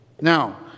Now